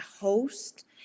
host